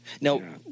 Now